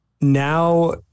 now